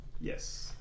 yes